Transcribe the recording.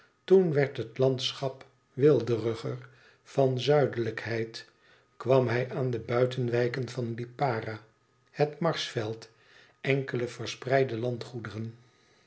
toen werd het landschap weelderiger van zuidelijkheid kwam hij aan de buitenwijken van lipara het marsveld enkele verspreide landgoederen